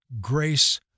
grace